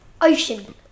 Ocean